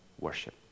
worship